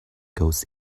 goes